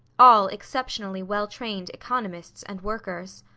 all exceptionally well-trained economists and workers.